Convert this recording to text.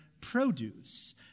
produce